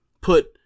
put